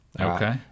Okay